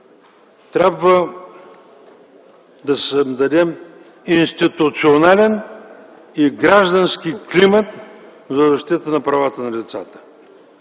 Трябва да създадем институционален и граждански климат за защита на правата на децата.